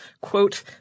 quote